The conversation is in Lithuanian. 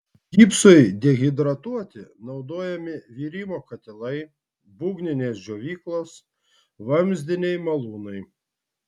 gipsui dehidratuoti naudojami virimo katilai būgninės džiovyklos vamzdiniai malūnai